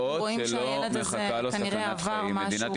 רואים שהילד הזה כנראה עבר משהו --- לראות שלא מחכה לו סכנת חיים.